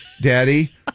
Daddy